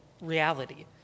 reality